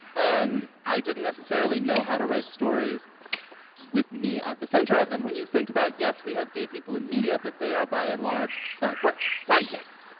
and i didn't necessarily know how to write stories with me at the center of them. when you think about, yes, we have gay people in media, but they are by and large for. sidekicks